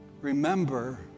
Remember